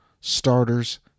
starters